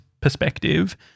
perspective